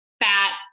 fat